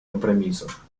компромиссов